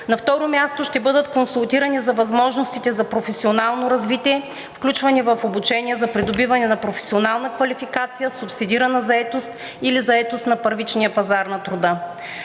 На второ място, ще бъдат консултирани за възможностите за професионално развитие, включване в обучение за придобиване на професионална квалификация, субсидирана заетост или заетост на първичния пазар на труда.